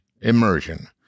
Immersion